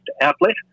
outlet